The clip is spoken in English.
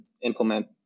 implement